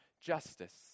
justice